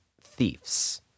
thieves